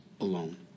alone